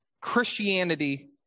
Christianity